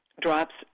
drops